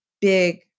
big